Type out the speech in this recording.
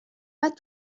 pas